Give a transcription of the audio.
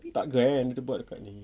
tak grand dia buat dekat ni